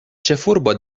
ĉefurbo